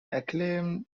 acclaim